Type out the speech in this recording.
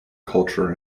culture